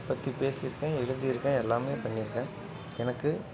பற்றி பேசிருக்கேன் எழுதிருக்கேன் எல்லாமே பண்ணிருக்கேன் எனக்கு